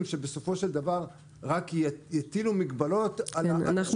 שבסופו של דבר רק יטילו מגבלות על האנשים.